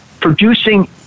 Producing